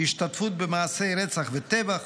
השתתפות במעשי רצח וטבח,